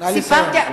סיפרתי,